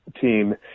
team